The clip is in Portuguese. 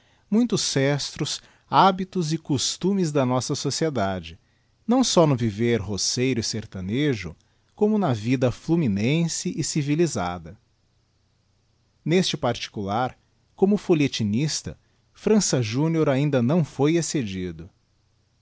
muitos sestros hábitos e costumes da nossa sociedade não só no viver roceiro e sertanejo como na vida fluminense e civilisada neste particular como folhetinista frança júnior ainda náo foi excedido